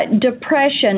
depression